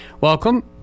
Welcome